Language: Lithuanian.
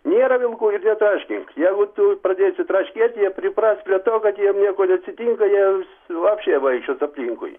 nėra vilkų ir netraškink jeigu tu pradėsi traškėti jie pripras prie to kad jiems nieko neatsitinka jie vapščė vaikščios aplinkui